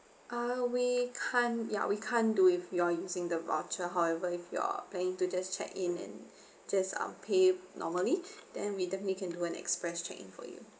uh we can't ya we can't do if you're using the voucher however if you're planning to just check in and just um pay normally then we definitely can do an express check in for you